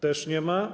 Też nie ma.